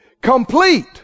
Complete